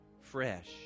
fresh